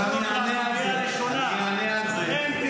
אבל אני אענה על זה, אני אענה על זה.